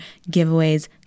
giveaways